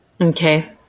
Okay